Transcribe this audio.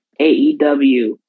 AEW